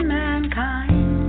mankind